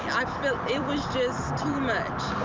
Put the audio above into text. i felt it was just too much.